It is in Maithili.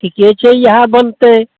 ठीके छै इएह बनतै